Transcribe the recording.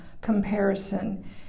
comparison